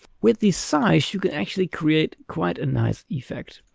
with the size you could actually create quite a nice effect.